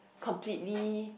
completely